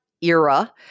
era